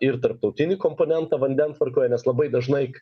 ir tarptautinį komponentą vandentvarkoj nes labai dažnai